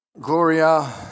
Gloria